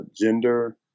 gender